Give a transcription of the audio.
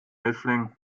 mischling